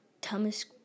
Thomas